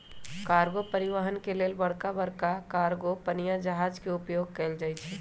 cargo परिवहन के लेल बड़का बड़का कार्गो पनिया जहाज के उपयोग कएल जाइ छइ